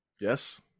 Yes